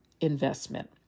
investment